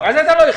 מה זה אומר?